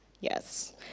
Yes